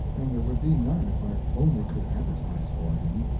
and there would be none if i only could advertise for him.